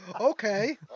Okay